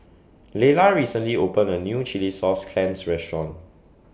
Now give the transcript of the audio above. Leyla recently opened A New Chilli Sauce Clams Restaurant